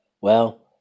Well